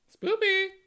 Spoopy